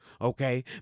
okay